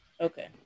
Okay